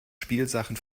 spielsachen